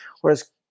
Whereas